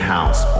House